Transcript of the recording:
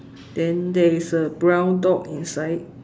then there is a brown dog inside